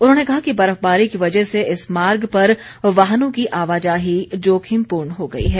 उन्होंने कहा कि बर्फबारी की वजह से इस मार्ग पर वाहनों की आवाजाही जोखिमपूर्ण हो गई है